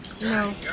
No